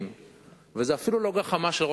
זו לא גחמה של חוק ההסדרים,